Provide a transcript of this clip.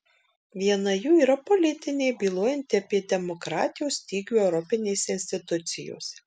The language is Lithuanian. viena jų yra politinė bylojanti apie demokratijos stygių europinėse institucijose